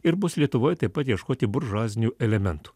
ir bus lietuvoj taip pat ieškoti buržuazinių elementų